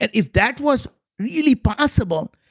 and if that was really possible,